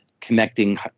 connecting